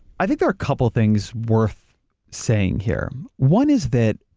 i think there are a couple things worth saying here. one is that